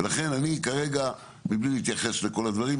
ולכן אני כרגע מבלי להתייחס לכל הדברים,